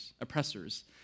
oppressors